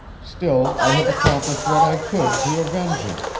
still i have accomplished what i could to avenge him.